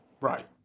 Right